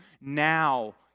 Now